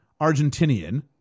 Argentinian